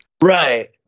right